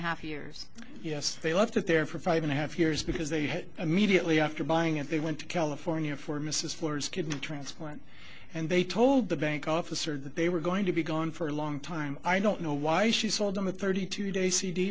half years yes they left it there for five and a half years because they had immediately after buying it they went to california for mrs ford's kidney transplant and they told the bank officer that they were going to be gone for a long time i don't know why she sold them a thirty two day c